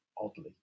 oddly